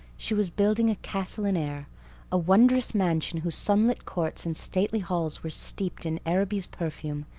she was building a castle in air a wondrous mansion whose sunlit courts and stately halls were steeped in araby's perfume,